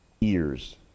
ears